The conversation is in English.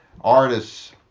artists